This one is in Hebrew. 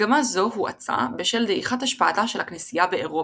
מגמה זו הואצה בשל דעיכת השפעתה של הכנסייה באירופה.